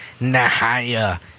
Nahaya